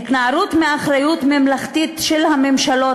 ההתנערות מאחריות ממלכתית של הממשלות